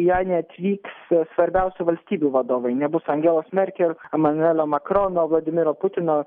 į ją neatvyks svarbiausių valstybių vadovai nebus angelos merkel emanuelio makrono vladimiro putino